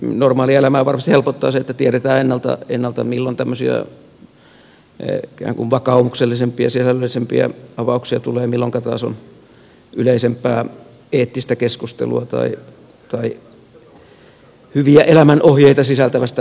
normaalia elämää varmasti helpottaa se että tiedetään ennalta milloin tämmöisiä ikään kuin vakaumuksellisempia sisällöllisempiä avauksia tulee milloinka taas on yleisempää eettistä keskustelua tai hyviä elämänohjeita sisältävästä aamunavauksesta kysymys